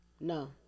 No